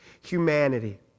humanity